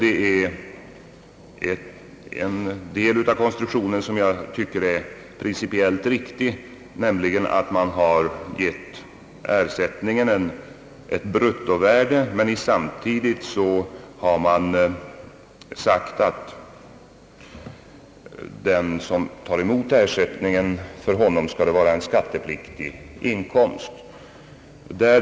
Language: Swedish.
En del av konstruktionen anser jag vara principiellt riktig, nämligen att man har givit ersättningen ett bruttovärde men att man samtidigt har sagt att ersättningen skall vara skattepliktig inkomst.